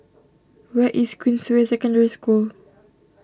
where is Queensway Secondary School